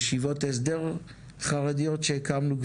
ישיבות הסדר חרדיות שהקמנו,